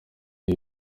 ibi